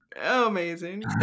Amazing